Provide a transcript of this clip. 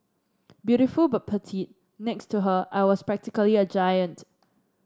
beautiful but petite next to her I was practically a giant